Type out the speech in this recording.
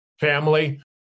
family